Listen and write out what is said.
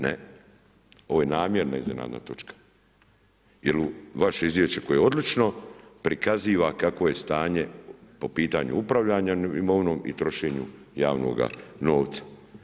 Ne, ovo je namjerno iznenadna točka jel vaše izvješće koje je odlično prikaziva kako je stanje po pitanju upravljanja imovinom i trošenju javnoga novca.